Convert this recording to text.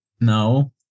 no